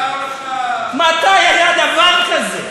מתי היה דבר כזה?